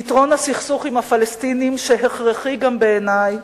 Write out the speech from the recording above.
פתרון הסכסוך עם הפלסטינים, שהכרחי גם בעיני,